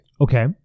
Okay